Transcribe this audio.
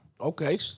Okay